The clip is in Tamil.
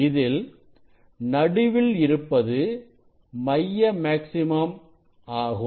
இதில் நடுவில் இருப்பது மைய மேக்சிமம் ஆகும்